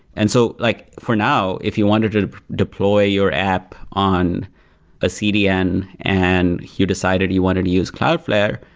and so like for now, if you wanted to deploy your app on a cdn and you decided you wanted to use cloudflare,